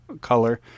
color